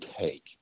take